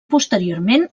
posteriorment